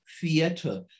theater